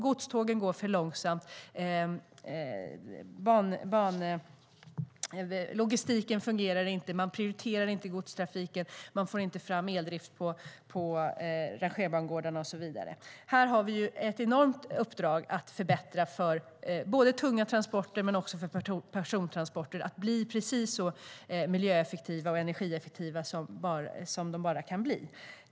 Godstågen går för långsamt, logistiken fungerar inte, man prioriterar inte godstrafiken, man får inte fram eldrift på rangerbangårdarna och så vidare. Här har vi ett enormt uppdrag att förbättra för både tunga transporter och persontransporter så att de blir så miljö och energieffektiva de bara kan.